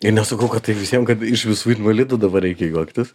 ir nesakau kad tai visiem kad iš visų invalidų dabar reikia juoktis